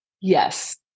yes